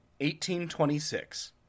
1826